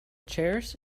chairs